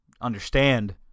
Understand